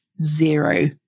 zero